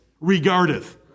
regardeth